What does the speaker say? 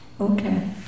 Okay